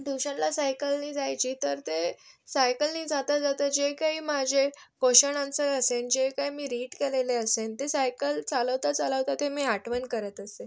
ट्यूशनला सायकलनी जायची तर ते सायकलनी जाता जाता जे काही माझे क्वश्चण आन्सर असायचे ते मी रीड केलेले असेन ते सायकल चालवता चालवता ते मी आठवण करत असे